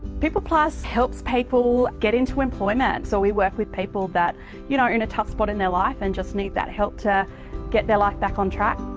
peopleplus help people get into employment, so we work with people that you know are in a tough spot in their life and just need that help to get their life back on track.